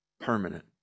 permanent